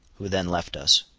who then left us.